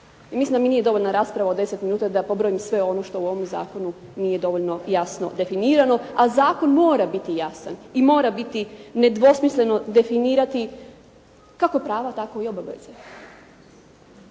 Mislim da mi nije dovoljna rasprava od 10 minuta da pobrojim sve ono što u ovom zakonu nije dovoljno jasno definirano, a zakon mora biti jasan i mora biti nedvosmisleno definirati kako prava tako i obveze.